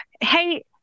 Hey